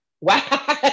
wow